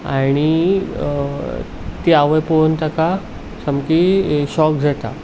आनी ती आवय पळोवून ताका सामकी शॉक जाता